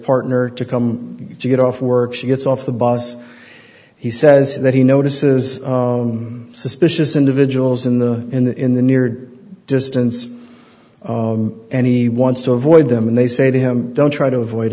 partner to come get off work she gets off the bus he says that he notices suspicious individuals in the in the near distance any wants to avoid them and they say to him don't try to avoid